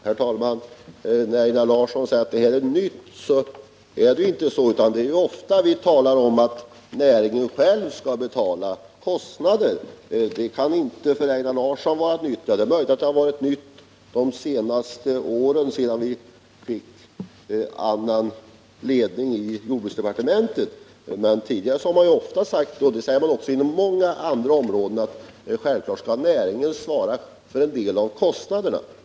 Herr talman! Einar Larsson säger att detta är någonting nytt, men det är inte så, utan vi talar ofta om att det är näringen själv som skall betala sina kostnader. Det kan således inte vara någon nyhet för Einar Larsson, såvida det inte möjligen är så att det har blivit det under de senaste åren, sedan vi fått annan ledning i jordbruksdepartementet. Tidigare har man sagt där — och det har man också sagt inom många andra områden — att det är självklart att näringen själv skall svara för en del av kostnaderna.